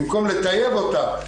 במקום לטייב אותה,